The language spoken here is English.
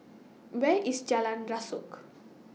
Where IS Jalan Rasok